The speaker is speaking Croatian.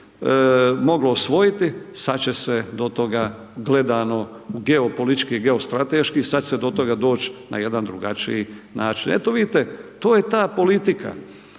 moglo osvojiti, sad će se do toga, gledano u geopolitički, geostrateški, sad će se do toga doć' na jedan drugačiji način. Eto vidite, to je ta politika.